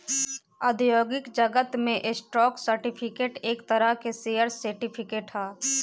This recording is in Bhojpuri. औद्योगिक जगत में स्टॉक सर्टिफिकेट एक तरह शेयर सर्टिफिकेट ह